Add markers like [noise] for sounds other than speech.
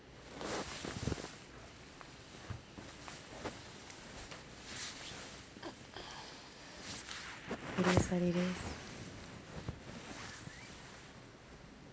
[coughs] two days sunny days